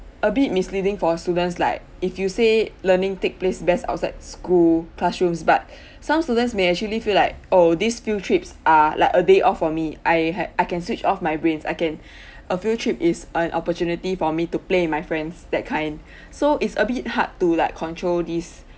a bit misleading for a students like if you say learning take place best outside school classrooms but some students may actually feel like oh this field this trips are like a day off for me I ha~ I can switch off my brains I can a field trips is an opportunity for me to play with my friends that kind so it's a bit hard to like control this